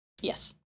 Yes